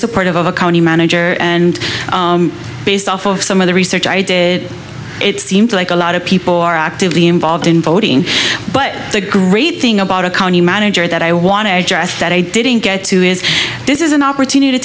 supportive of a county manager and based off of some of the research i did it seems like a lot of people are actively involved in voting but the great thing about a county manager that i want to address that i didn't get to is this is an opportunity to